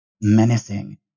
menacing